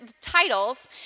titles